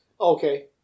Okay